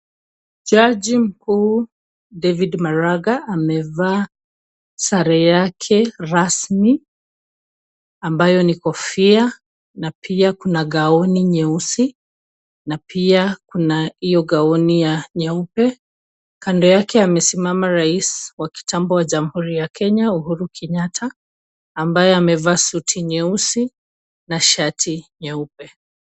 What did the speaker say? Jaji mkuu, David Maraga, amevaa sare yake rasmi, ambayo ni kofia na pia kuna gauni nyeusi na pia kuna hiyo gauni ya nyeupe. kando yake amesimama rais wa kitambo wa Jamhuri ya Kenya, Uhuru Kenyatta, ambaye amevaa suti nyeusi na shati nyeupe.